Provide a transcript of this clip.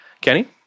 Kenny